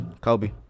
Kobe